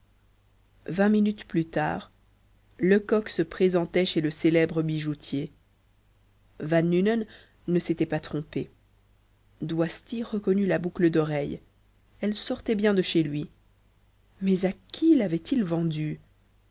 vingt minutes plus tard lecoq se présentait chez le célèbre bijoutier van nunen ne s'était pas trompé doisty reconnut la boucle d'oreille elle sortait bien de chez lui mais à qui l'avait-il vendue